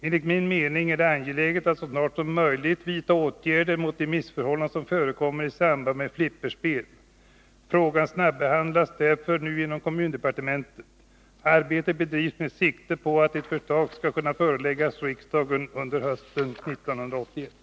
Enligt min mening är det angeläget att så snart som möjligt vidta åtgärder mot de missförhållanden som förekommer i samband med flipperspel. Frågan snabbehandlas därför nu inom kommundepartementet. Arbetet bedrivs med sikte på att ett förslag skall kunna föreläggas riksdagen under hösten 1981.